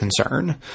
concern